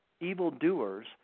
evildoers